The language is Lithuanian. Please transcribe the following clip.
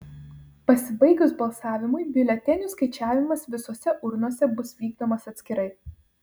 pasibaigus balsavimui biuletenių skaičiavimas visose urnose bus vykdomas atskirai